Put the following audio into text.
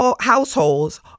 households